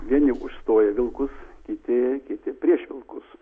vieni užstoja vilkus kiti kiti prieš vilkus